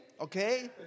Okay